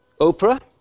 Oprah